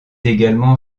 également